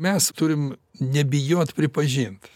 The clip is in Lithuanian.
mes turim nebijot pripažint